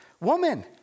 woman